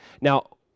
Now